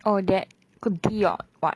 or that could be or what